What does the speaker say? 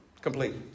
Complete